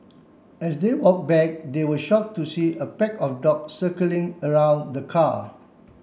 as they walk back they were shock to see a pack of dog circling around the car